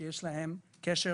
שיש להם קשר